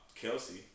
Kelsey